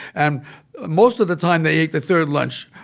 and most of the time, they ate the third lunch.